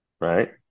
right